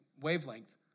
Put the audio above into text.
wavelength